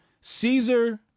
Caesar